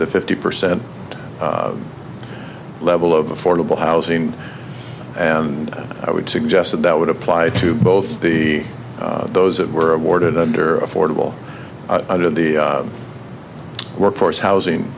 the fifty percent level of affordable housing and i would suggest that that would apply to both the those that were awarded under affordable and in the workforce housing